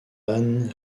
bahn